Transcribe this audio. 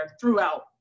throughout